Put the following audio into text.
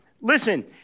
Listen